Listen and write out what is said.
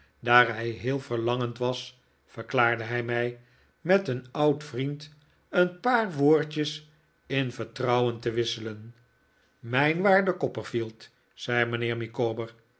daar hij heel verlangend was verklaarde hij mij met een oud vriend een paar woordjes in vertrouwen te wisselen mijn waarde copperfield zei mijnheer micawber